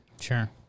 Sure